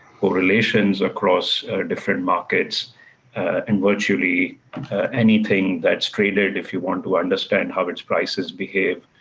correlations across different markets and virtually anything that's traded. if you want to understand how its prices behave,